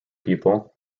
people